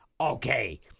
Okay